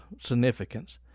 significance